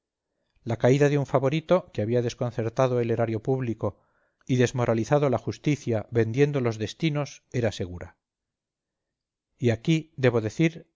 la caída de un favorito que había desconcertado el erario público y desmoralizado la justicia vendiendo los destinos era segura y aquí debo decir